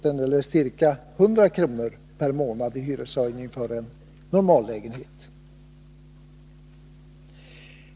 eller ca 100 kr. per månad i hyreshöjning för en normallägenhet.